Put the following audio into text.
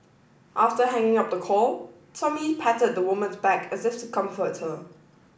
after hanging up the call Tommy patted the woman's back as if to comfort her